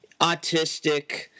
autistic